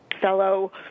fellow